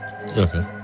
Okay